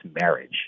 marriage